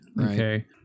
Okay